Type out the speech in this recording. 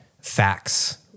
facts